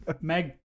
Meg